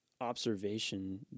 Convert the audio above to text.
observation